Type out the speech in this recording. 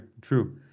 true